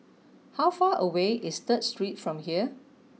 how far away is Third Street from here